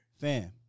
Fam